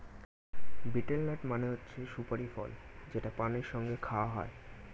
betel nut মানে হচ্ছে সুপারি ফল যেটা পানের সঙ্গে খাওয়া হয়